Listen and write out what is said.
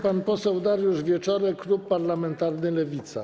Pan poseł Dariusz Wieczorek, klub parlamentarny Lewica.